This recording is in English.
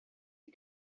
had